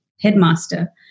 headmaster